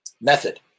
Method